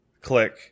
click